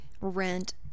rent